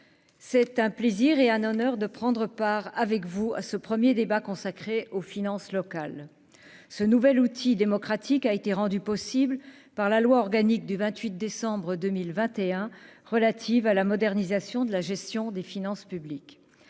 c'est un plaisir et un honneur de prendre part avec vous à ce 1er débat consacré aux finances locales ce nouvel outil démocratique a été rendue possible par la loi organique du 28 décembre 2021 relative à la modernisation de la gestion des finances publiques,